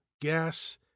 gas